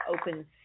open